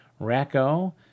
Racco